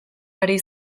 ari